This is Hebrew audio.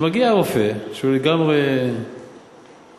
שמגיע רופא, שהוא לגמרי מקצועי,